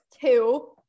Two